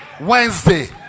Wednesday